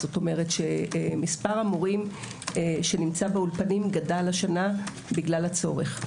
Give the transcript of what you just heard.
כלומר מספר המורים שנמצא באולפנים גדל השנה בגלל הצורך.